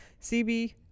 CB